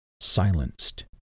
silenced